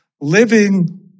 Living